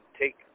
take